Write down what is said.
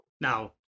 Now